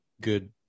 good